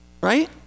right